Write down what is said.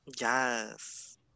Yes